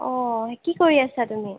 অঁ কি কৰি আছা তুমি